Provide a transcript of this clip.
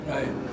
Right